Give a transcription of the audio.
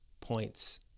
points